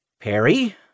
Perry